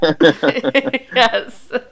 Yes